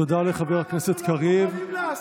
תודה לחבר הכנסת קריב.